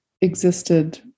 existed